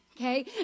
Okay